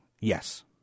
Yes